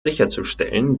sicherzustellen